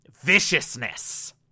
viciousness